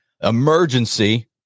emergency